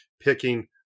picking